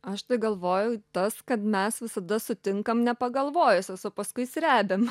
aš tai galvoju tas kad mes visada sutinkam nepagalvojusios o paskui srebiam